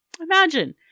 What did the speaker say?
Imagine